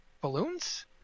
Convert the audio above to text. balloons